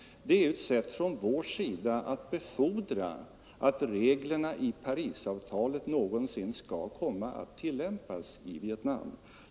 Det är ett sätt från vår sida att befordra att reglerna i Parisavtalet någonsin skall komma att tillämpas i Vietnam.